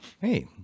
hey